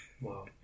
wow